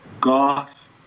goth